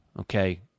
Okay